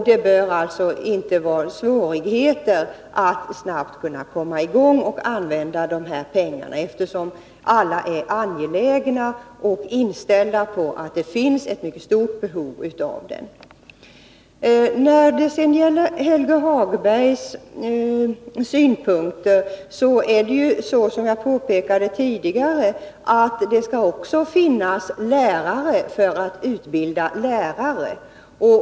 Det bör alltså inte vara svårt att snabbt komma i gång och använda pengarna, eftersom alla är angelägna om att komma i gång och inställda på att det finns ett mycket stort behov av undervisningen. När det sedan gäller Helge Hagbergs synpunkter är det ju så som jag påpekade tidigare att det skall också finnas lärare för att utbilda lärare.